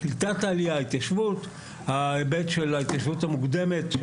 בקליטת העלייה; בהתיישבות; בהיבט של ההתיישבות המוקדמת,